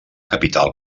capital